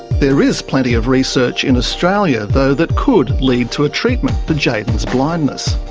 there is plenty of research in australia, though, that could lead to a treatment for jayden's blindness.